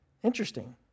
Interesting